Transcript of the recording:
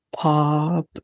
pop